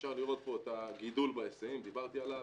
אפשר לראות את הגידול בהיסעים, דיברתי עליו.